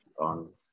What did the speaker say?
on